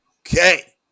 Okay